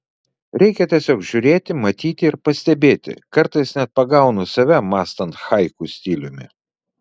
reikia tiesiog žiūrėti matyti ir pastebėti kartais net pagaunu save mąstant haiku stiliumi